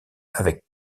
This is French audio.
avec